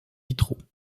vitraux